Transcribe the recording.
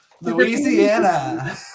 Louisiana